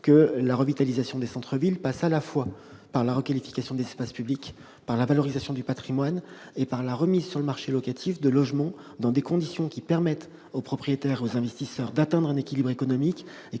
que la revitalisation des centres-villes passe à la fois par la requalification des espaces publics, la valorisation du patrimoine et la remise sur le marché locatif de logements dans des conditions qui non seulement permettent aux propriétaires et aux investisseurs d'atteindre un équilibre économique,